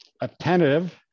attentive